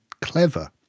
clever